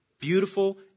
beautiful